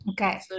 Okay